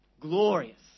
glorious